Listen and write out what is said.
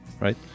right